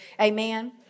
Amen